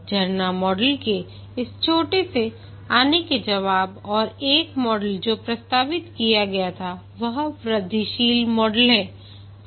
झरना मॉडल के इस छोटे से आने के जवाब में एक मॉडल जो प्रस्तावित किया गया था वह वृद्धिशील मॉडल है